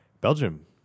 belgium